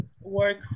work